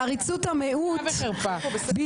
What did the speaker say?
לעריצות המיעוט,